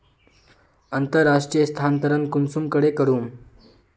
अंतर्राष्टीय स्थानंतरण कुंसम करे करूम?